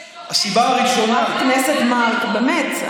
זה קורה, הסיבה הראשונה, חבר הכנסת מארק, באמת.